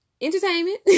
entertainment